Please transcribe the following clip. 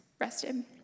rested